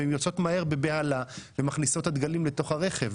והן יוצאות מהר בבהלה ומכניסות את הדגלים לתוך הרכב.